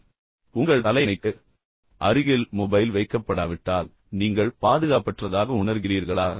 படுக்கைக்குச் செல்வதற்கு முன் உங்கள் தலையணைக்கு அருகில் மொபைல் வைக்கப்படாவிட்டால் நீங்கள் பாதுகாப்பற்றதாக உணர்கிறீர்களா